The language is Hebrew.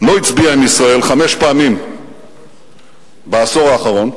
לא הצביעה עם ישראל חמש פעמים בעשור האחרון: